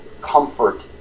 comfort